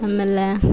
ಆಮೇಲೆ